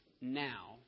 now